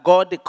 God